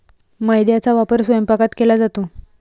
मैद्याचा वापर स्वयंपाकात केला जातो